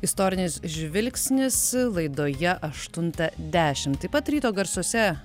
istorinis žvilgsnis laidoje aštuntą dešimt taip pat ryto garsuose